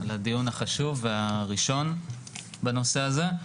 על הדיון החשוב והראשון בנושא הזה.